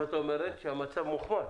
זאת אומרת שהמצב מוחמר?